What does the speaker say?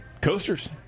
Coasters